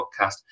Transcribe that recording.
podcast